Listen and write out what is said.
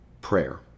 prayer